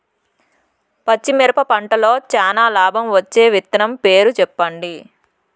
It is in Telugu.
పచ్చిమిరపకాయ పంటలో చానా లాభం వచ్చే విత్తనం పేరు చెప్పండి?